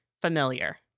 familiar